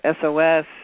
SOS